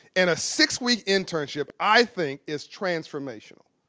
and a six-week internship i think is transformation.